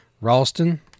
Ralston